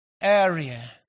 Area